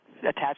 attached